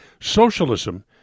Socialism